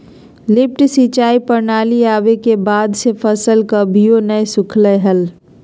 lift सिंचाई प्रणाली आवे के बाद से फसल कभियो नय सुखलय हई